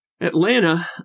Atlanta